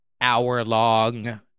hour-long